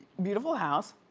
beautiful house.